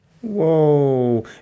Whoa